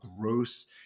gross